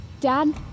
Dad